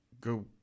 go